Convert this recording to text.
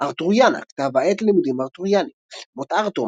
ארתוריאנה - כתב-העת ללימודים ארתוריאניים "מות ארתור",